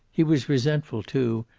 he was resentful, too,